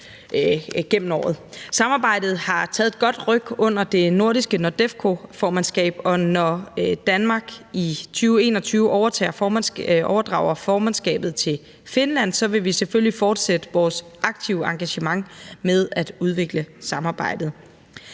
Samarbejdet har taget et godt ryk under det nordiske NORDEFCO-formandskab, og når Danmark i 2021 overdrager formandskabet til Finland, vil vi selvfølgelig fortsætte vores aktive engagement med at udvikle samarbejdet.